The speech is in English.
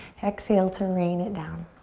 exhale to rain it down.